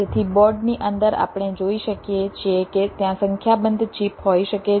તેથી બોર્ડની અંદર આપણે જોઈ શકીએ છીએ કે ત્યાં સંખ્યાબંધ ચિપ હોઈ શકે છે